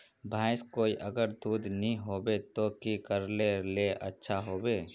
भैंस कोई अगर दूध नि होबे तो की करले ले अच्छा होवे?